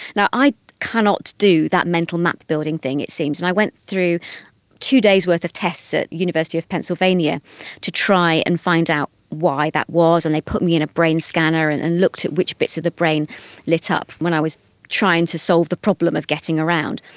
now, i cannot do that mental map building thing it seems. and i went through two days' worth of tests at the university of pennsylvania to try and find out why that was, and they put me in a brain scanner and and looked at which bits of the brain lit up when i was trying to solve the problem of getting around.